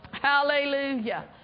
Hallelujah